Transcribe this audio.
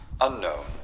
Unknown